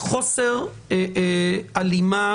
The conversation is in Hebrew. חוסר הלימה